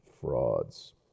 frauds